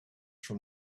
from